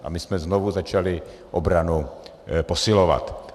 A my jsme znovu začali obranu posilovat.